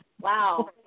Wow